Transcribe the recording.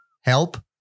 Help